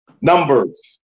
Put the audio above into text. Numbers